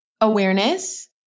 awareness